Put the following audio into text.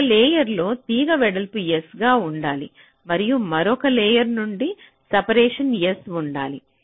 ఒక లేయర్ లో తీగ వెడల్పు s గా ఉండాలి మరియు మరొక లేయర్ నుండి సపరేషన్ s ఉండాలి